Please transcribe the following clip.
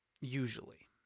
usually